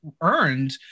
earned